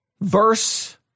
Verse